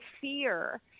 fear